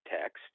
text